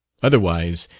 otherwise,